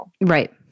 Right